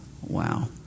wow